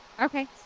Okay